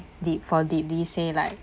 deep for deeply say like